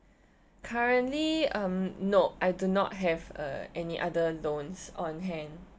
currently um no I do not have uh any other loans on hand